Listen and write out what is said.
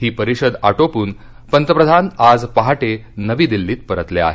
ही परिषद आटोपून पंतप्रधान आज पहाटे नवी दिल्लीत परतले आहेत